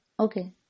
okay